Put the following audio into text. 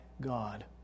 God